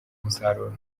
umusaruro